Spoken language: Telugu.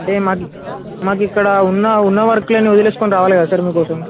అంటే మాకు మాకు ఇక్కడ ఉన్న ఉన్న వర్కులన్నీ వదిలేసుకుని రావాలికదా సార్ మీకోసం